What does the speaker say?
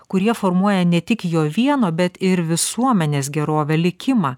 kurie formuoja ne tik jo vieno bet ir visuomenės gerovę likimą